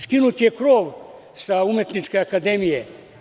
Skinut je krov sa Umetničke akademije.